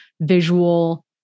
visual